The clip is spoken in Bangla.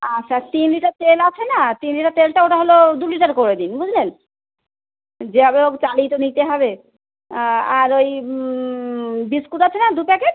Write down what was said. আচ্ছা তিন লিটার তেল আছে না তিন লিটার তেলটা ওটা হলো দু লিটার করে দিন বুঝলেন যেভাবে হোক চালিয়ে তো নিতে হবে আর ওই বিস্কুট আছে না দু প্যাকেট